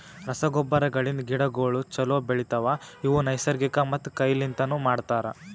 ರಸಗೊಬ್ಬರಗಳಿಂದ್ ಗಿಡಗೋಳು ಛಲೋ ಬೆಳಿತವ, ಇವು ನೈಸರ್ಗಿಕ ಮತ್ತ ಕೈ ಲಿಂತನು ಮಾಡ್ತರ